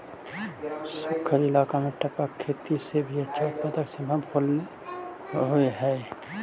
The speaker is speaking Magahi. सूखल इलाका में टपक खेती से भी अच्छा उत्पादन सम्भव होले हइ